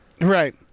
Right